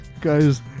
Guys